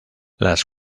las